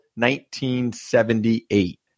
1978